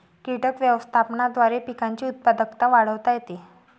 कीटक व्यवस्थापनाद्वारे पिकांची उत्पादकता वाढवता येते